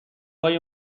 های